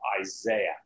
Isaiah